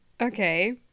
okay